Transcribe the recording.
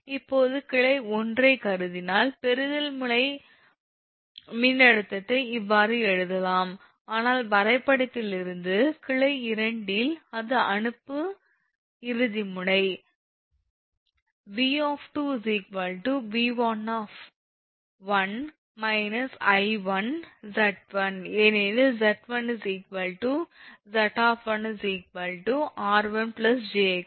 இப்போது கிளை 1 ஐ கருதினால் பெறுதல் முனை மின்னழுத்தத்தை இவ்வாறு எழுதலாம் ஆனால் வரைபடத்திலிருந்து கிளை 2 ல் அது அனுப்பு இறுதி முனை 1 𝑉 𝑉 −𝐼 𝑍 ஏனெனில் 𝑍1 𝑍 𝑟1𝑗𝑥1